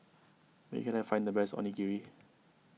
where can I find the best Onigiri